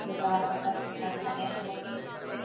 जेका